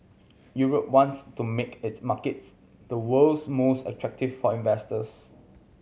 Europe wants to make its markets the world's most attractive for investors